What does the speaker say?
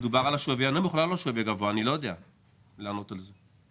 יודע לענות על זה,